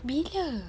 bila